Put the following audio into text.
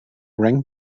rang